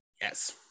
Yes